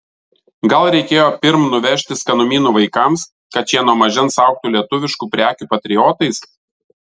gal reikėjo pirm nuvežti skanumynų vaikams kad šie nuo mažens augtų lietuviškų prekių patriotais